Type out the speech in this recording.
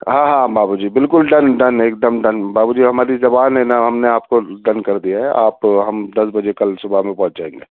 ہاں ہاں بابو جی بالکل ڈن ڈن ایک دم ڈن بابو جی ہماری زبان ہے نا ہم نے آپ کو ڈن کر دیا ہے آپ کو ہم دس بجے کل صبح میں پہنچ جائیں گے